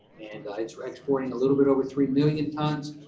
and it's exporting a little bit over three million tons.